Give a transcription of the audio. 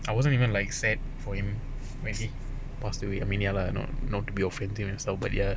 I wasn't even like sad for him when he passed away I mean ya lah not not to be offensive and stuff but yet